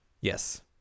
Yes